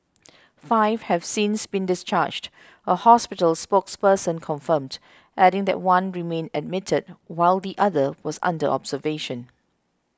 five have since been discharged a hospital spokesperson confirmed adding that one remained admitted while the other was under observation